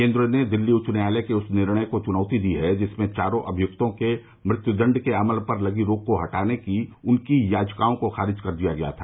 केंद्र ने दिल्ली उच्च न्यायालय के उस निर्णय को चुनौती दी है जिसमें चारों अभियुक्तों के मृत्युदण्ड के अमल पर लगी रोक को हटाने की उनकी याचिकाओं को खारिज कर दिया था